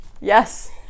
yes